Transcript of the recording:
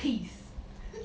peace